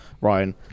Ryan